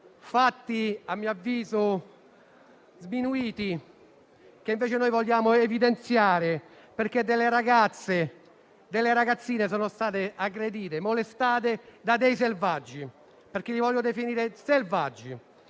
fatti - a mio avviso - sminuiti, che invece noi vogliamo evidenziare, perché delle ragazzine sono state aggredite e molestate da dei selvaggi, e li voglio definire dei selvaggi.